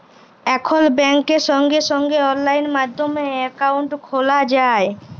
এখল ব্যাংকে সঙ্গে সঙ্গে অললাইন মাধ্যমে একাউন্ট খ্যলা যায়